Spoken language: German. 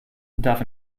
darf